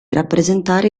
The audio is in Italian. rappresentare